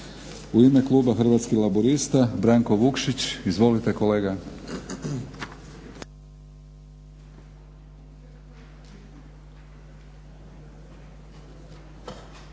U ime kluba Hrvatskih laburista Branko Vukšić. Izvolite kolega.